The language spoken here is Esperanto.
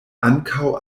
ankaŭ